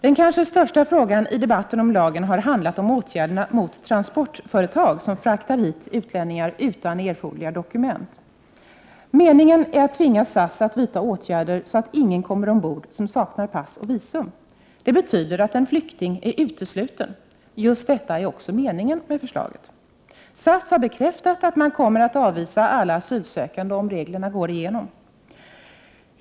Den kanske största frågan i debatten om lagen har handlat om åtgärderna mot transportföretag som fraktar hit utlänningar utan erforderliga dokument. Meningen är att tvinga SAS att vidta åtgärder så att ingen kommer ombord som saknar pass och visum. Det betyder att en flykting är utesluten. Just detta är också meningen med förslaget. SAS har bekräftat att man kommer att avvisa alla asylsökande om reglerna går igenom.